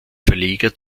verleger